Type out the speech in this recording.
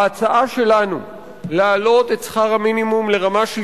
ההצעה שלנו להעלות את השכר המינימום לרמה של